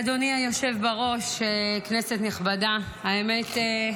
אדוני היושב בראש, כנסת נכבדה, האמת,